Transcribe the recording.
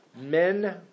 Men